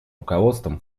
руководством